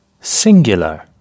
singular